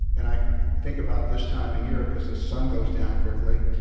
and i think about this time a year because the sun goes down quickly.